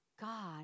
God